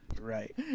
Right